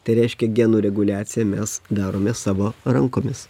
tai reiškia genų reguliaciją mes darome savo rankomis